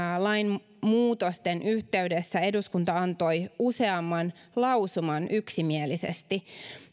lainmuutosten yhteydessä eduskunta antoi useamman lausuman yksimielisesti